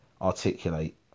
articulate